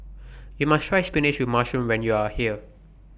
YOU must Try Spinach with Mushroom when YOU Are here